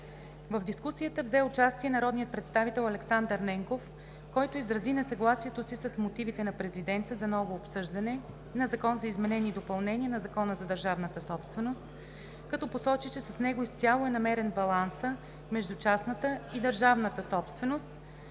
В дискусията взе участие народният представител Александър Ненков, който изрази несъгласието си с мотивите на Президента за ново обсъждане на Закона за изменение и допълнение на Закона за държавната собственост, като посочи че с него изцяло е намерен балансът между частната и държавната собственост,